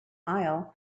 aisle